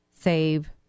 save